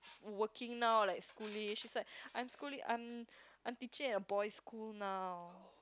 working now like schooling she was like I'm schooling I'm I'm teaching at a boys school now